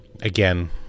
again